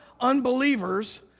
unbelievers